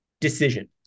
decision